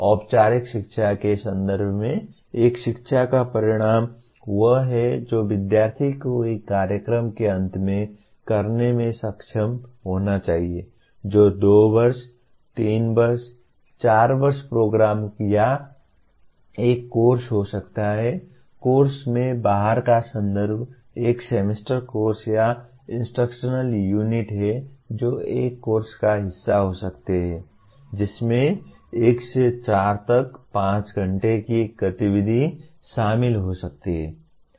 औपचारिक शिक्षा के संदर्भ में एक शिक्षा का परिणाम वह है जो विद्यार्थी को एक कार्यक्रम के अंत में करने में सक्षम होना चाहिए जो 2 वर्ष 3 वर्ष 4 वर्षीय प्रोग्राम या एक कोर्स हो सकता है कोर्स में बाहर का संदर्भ एक सेमेस्टर कोर्स या एक इंस्ट्रक्शनल यूनिट है जो एक कोर्स का हिस्सा हो सकता है जिसमें 1 से 4 तक 5 घंटे की गतिविधि शामिल हो सकती है